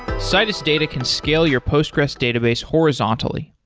citus data can scale your postgressql database horizontally.